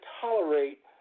tolerate